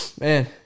man